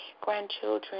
grandchildren